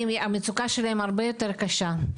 המצוקה שלהם הרבה יותר קשה.